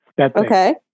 Okay